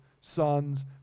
sons